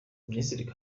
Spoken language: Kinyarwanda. minisitiri